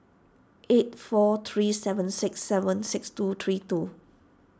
eight four three seven six seven six two three two